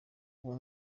ubu